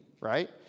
right